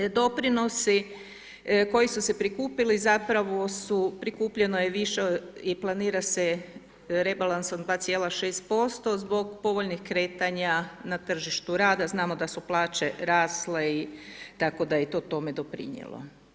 Doprinosi koji su se prikupili zapravo su, prikupljeno je više i planira se rebalansom 2,6% zbog povoljnih kretanja na tržištu rada, znamo da su plaće rasle i tako da je i to tome doprinijelo.